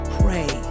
pray